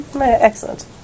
Excellent